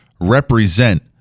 represent